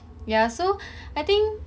ya so I think